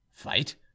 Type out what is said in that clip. fight